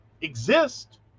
exist